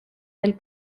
del